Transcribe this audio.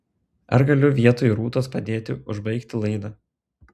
aš galiu vietoj rūtos padėti užbaigti laidą